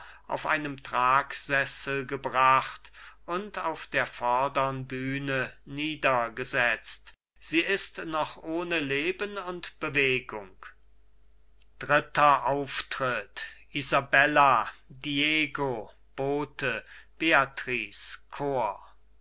auf einem tragsessel gebracht und auf der vordern bühne niedergesetzt sie ist noch ohne leben und bewegung dritter auftritt isabella diego bote beatrice chor